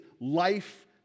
life